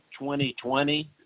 2020